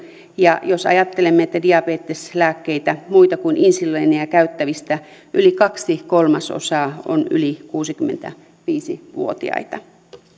ja diabeteslääkkeitä muita kuin insuliinia käyttävistä yli kaksi kolmasosaa on yli kuusikymmentäviisi vuotiaita